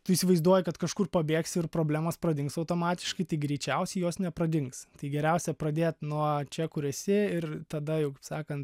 tu įsivaizduoji kad kažkur pabėgsi ir problemos pradings automatiškai greičiausiai jos nepradings tai geriausia pradėt nuo čia kur esi ir tada jau kaip sakant